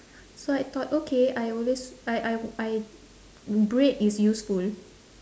so I thought okay I always I I I bread is useful